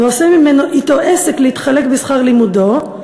ועושה אתו עסק להתחלק בשכר לימודו,